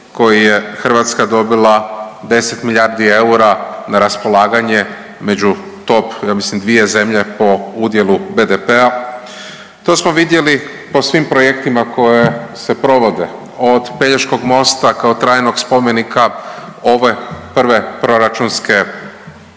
koji je Hrvatska dobila 10 milijardi eura na raspolaganje među top, ja mislim 2 zemlje po udjelu BDP-a. To smo vidjeli po svim projektima koji se provode, on Pelješkog mosta kao trajnog spomenika ove prve proračunske omotnice